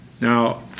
Now